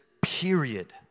period